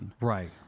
Right